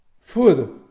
food